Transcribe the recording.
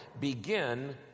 begin